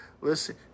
listen